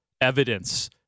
evidence